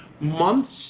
months